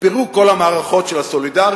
פירוק כל המערכות של הסולידריות,